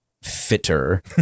fitter